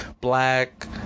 Black